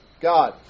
God